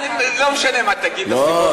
לא משנה מה תגיד, תגיד מה ששלחו אותך, לא.